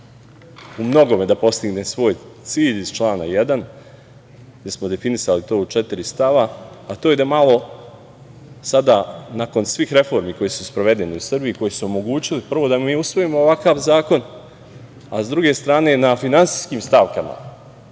u mnogome da postigne svoj cilj iz člana 1, gde smo definisali to u četiri stava, a to je da malo sada nakon svih reforme koje su sprovedene u Srbiji i koje su omogućile prvo da mi usvojimo ovakav zakon, a s druge strane na finansijskim stavkama,